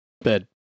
Bed